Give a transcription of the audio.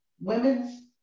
women's